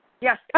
Yes